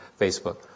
Facebook